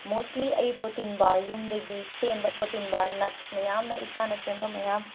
ꯃꯣꯁꯂꯤ ꯑꯩ ꯄ꯭ꯔꯣꯇꯤꯟ ꯕꯥꯔ ꯌꯨꯝꯗꯒꯤ ꯁꯦꯝꯕ ꯄ꯭ꯔꯣꯇꯤꯟ ꯕꯥꯔ ꯅꯠꯁ ꯃꯌꯥꯝꯅ ꯏꯁꯥꯅ ꯁꯦꯝꯕ ꯃꯌꯥꯝ